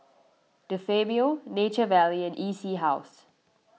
De Fabio Nature Valley and E C House